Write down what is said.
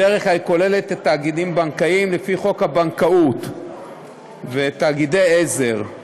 בדרך כלל כוללת את התאגידים הבנקאיים לפי חוק הבנקאות ותאגידי עזר.